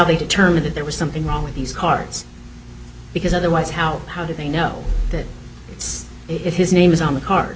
they determined that there was something wrong with these cards because otherwise how how do they know that it's it his name is on the